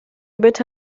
bitte